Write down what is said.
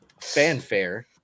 fanfare